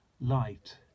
light